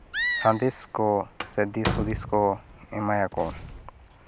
ᱥᱟᱸᱫᱮᱥ ᱠᱚ ᱥᱮ ᱫᱤᱥ ᱦᱩᱫᱤᱥ ᱠᱚ ᱮᱢᱟᱭᱟᱠᱚ